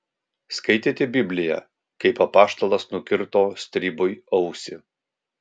skaitėte bibliją kaip apaštalas nukirto stribui ausį